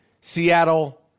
Seattle